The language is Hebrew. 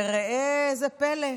וראו זה פלא,